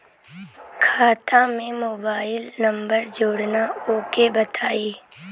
खाता में mobile number जोड़ना ओके बताई?